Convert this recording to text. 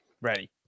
ready